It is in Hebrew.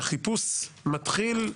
שהחיפוש מתחיל,